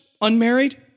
unmarried